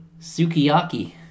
Sukiyaki